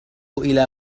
إلى